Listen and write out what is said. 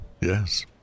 Yes